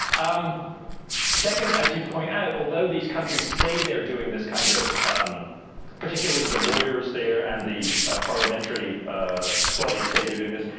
um second, you point out, although these countries say they're doing this kind of particularly the lawyers there and the a parliamentary ah body say they're doing this,